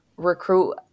recruit